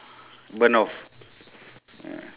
burn off ya